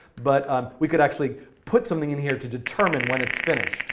but um we could actually put something in here to determine when it's finished.